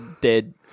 dead